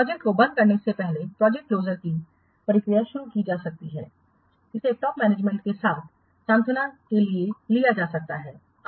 project को बंद करने से पहले प्रोजेक्ट क्लोजर की प्रक्रिया शुरू की जा सकती है इसे टॉप मैनेजमेंट के साथ सांत्वना में लिया जाना चाहिए